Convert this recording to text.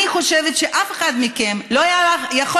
אני חושבת שאף אחד מכם לא יכול היה לחלום,